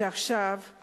שעכשיו הוא